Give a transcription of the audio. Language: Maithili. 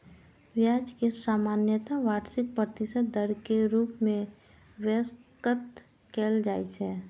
ब्याज कें सामान्यतः वार्षिक प्रतिशत दर के रूप मे व्यक्त कैल जाइ छै